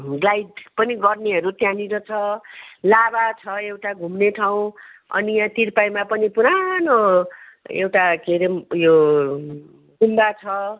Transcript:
glide पनि गर्नेहरू त्यहाँनिर छ लाभा छ एउटा घुम्ने ठाउँ अनि यहाँ तिरपाईमा पनि पुरानो एउटा के अरे ऊ यो गुम्बा छ